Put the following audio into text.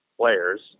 players